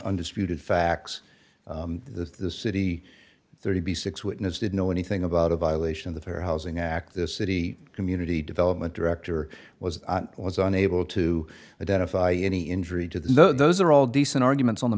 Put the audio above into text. undisputed facts the city thirty six witness did know anything about a violation of the fair housing act this city community development director was was unable to identify any injury to those are all decent arguments on the